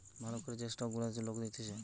ভাল করে যে স্টক গুলাকে লোক নিতেছে